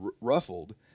ruffled